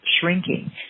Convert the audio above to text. shrinking